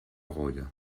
reue